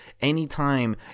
anytime